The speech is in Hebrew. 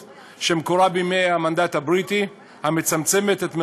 הבעיה, אבל אני אשים מבט עוד קצת יותר רחב.